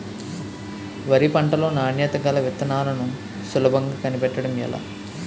వరి పంట లో నాణ్యత గల విత్తనాలను సులభంగా కనిపెట్టడం ఎలా?